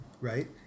right